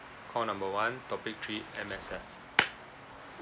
call number one topic three M_S_F